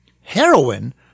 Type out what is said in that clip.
Heroin